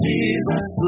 Jesus